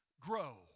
grow